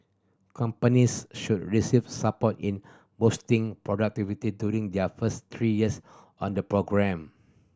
companies should receive support in boosting productivity during their first three years on the programme